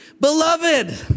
Beloved